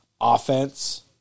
offense